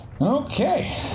Okay